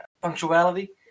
punctuality